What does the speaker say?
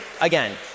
Again